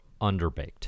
underbaked